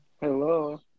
Hello